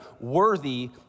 worthy